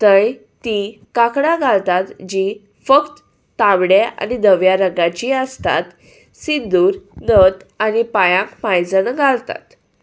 थंय तीं कांकडां घालतात जीं फक्त तांबडे आनी धव्या रंगाची आसतात सिंदूर नथ आनी पांयांक पांयजनां घालतात